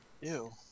Ew